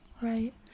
Right